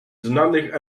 znanych